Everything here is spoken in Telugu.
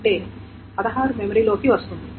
అంటే 16 మెమరీలోకి వస్తుంది